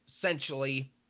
essentially